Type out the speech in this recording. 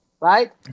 Right